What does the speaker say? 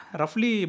roughly